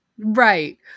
Right